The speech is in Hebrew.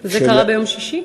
זה קרה ביום שישי?